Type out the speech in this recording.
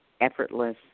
effortless